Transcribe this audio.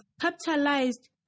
capitalized